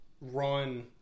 run